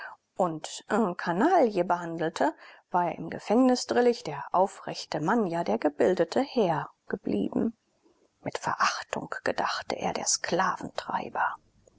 und en canaille behandelte war er im gefängnisdrillich der aufrechte mann ja der gebildete herr geblieben mit verachtung gedachte er der sklaventreiber